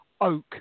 Oak